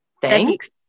Thanks